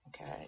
Okay